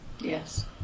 Yes